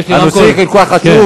הנושא הזה כל כך חשוב.